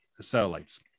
satellites